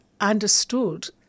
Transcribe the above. understood